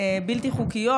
בלתי חוקיות,